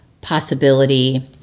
possibility